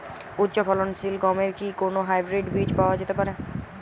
উচ্চ ফলনশীল গমের কি কোন হাইব্রীড বীজ পাওয়া যেতে পারে?